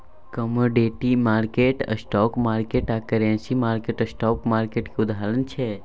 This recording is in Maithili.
कमोडिटी मार्केट, स्टॉक मार्केट आ करेंसी मार्केट स्पॉट मार्केट केर उदाहरण छै